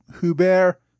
Hubert